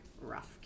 rough